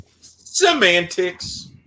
Semantics